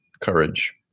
courage